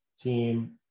team